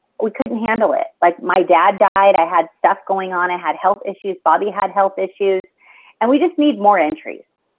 we couldn't handle it. like my dad died, i had stuff going on, i ah had health issues, bobbi had health issues and we just need more entries,